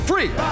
Free